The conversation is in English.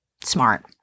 Smart